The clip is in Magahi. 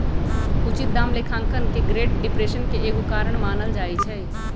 उचित दाम लेखांकन के ग्रेट डिप्रेशन के एगो कारण मानल जाइ छइ